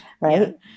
right